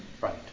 Right